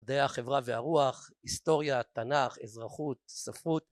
מדעי החברה והרוח: היסטוריה, תנ״ך, אזרחות, ספרות